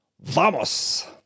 ¡Vamos